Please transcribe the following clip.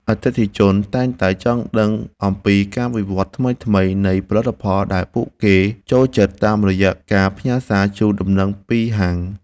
អតិថិជនតែងតែចង់ដឹងអំពីការវិវត្តថ្មីៗនៃផលិតផលដែលពួកគេចូលចិត្តតាមរយៈការផ្ញើសារជូនដំណឹងពីហាង។